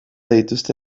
dituzte